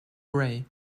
grey